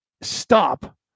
stop